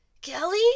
kelly